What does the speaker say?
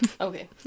Okay